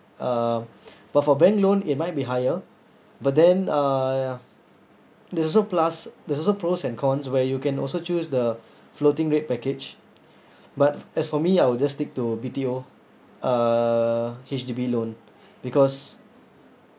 uh but for bank loan it might be higher but then uh there's also plus there's also pros and cons where you can also choose the floating rate package but as for me I will just stick to B_T_O uh H_D_B loan because